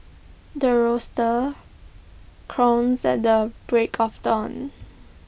the rooster crowns at the break of dawn